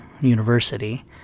University